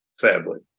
sadly